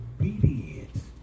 obedience